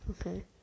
Okay